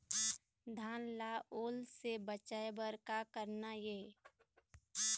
धान ला ओल से बचाए बर का करना ये?